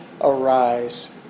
arise